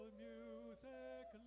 music